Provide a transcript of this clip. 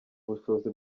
ubushobozi